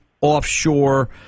offshore